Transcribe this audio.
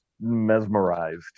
mesmerized